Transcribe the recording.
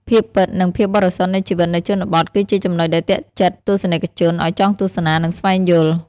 ភាពពិត និងភាពបរិសុទ្ធនៃជីវិតនៅជនបទ គឺជាចំណុចដែលទាក់ចិត្តទស្សនិកជនឲ្យចង់ទស្សនា និងស្វែងយល់។